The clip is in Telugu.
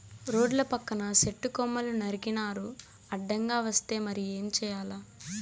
రోడ్ల పక్కన సెట్టు కొమ్మలు నరికినారు అడ్డంగా వస్తే మరి ఏం చేయాల